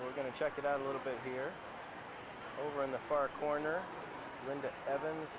we're going to check it out a little bit here over in the far corner linda evans